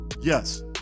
Yes